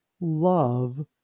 love